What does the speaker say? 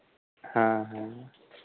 हाँ हाँ